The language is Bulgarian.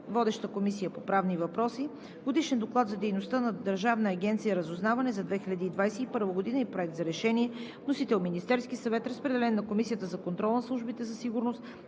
Водеща е Комисията по правни въпроси. Годишен доклад за дейността на Държавна агенция „Разузнаване“ за 2021 г. и Проект за решение. Вносител е Министерският съвет. Разпределен е на Комисията за контрол на службите на сигурност,